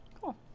cool